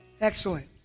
Excellent